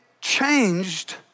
changed